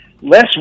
less